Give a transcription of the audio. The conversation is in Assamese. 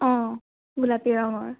অ' গোলাপী ৰঙৰ